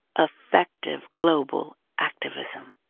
effective global activism.